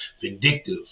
vindictive